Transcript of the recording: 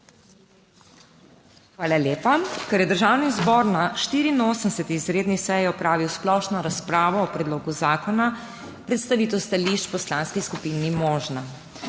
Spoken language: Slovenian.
Hvala. Ker je Državni zbor na 84. izredni seji opravil splošno razpravo o predlogu zakona, predstavitev stališč poslanskih skupin ni možna.